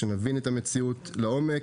שנבין את המציאות לעומק,